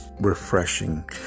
refreshing